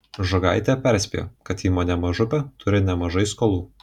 žogaitė perspėjo kad įmonė mažupė turi nemažai skolų